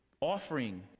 offering